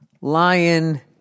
lion